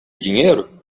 dinheiro